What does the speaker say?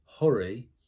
Hurry